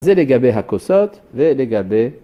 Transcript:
זה לגבי הכוסות ולגבי...